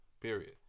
Period